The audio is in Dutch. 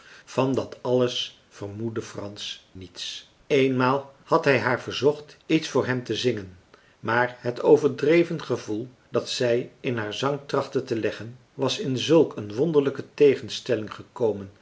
van dat alles vermoedde frans niets eenmaal had hij haar verzocht iets voor hem te zingen maar het overdreven gevoel dat zij in haar zang trachtte te leggen was in zulk een wonderlijke tegenstelling gekomen